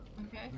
Okay